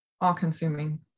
all-consuming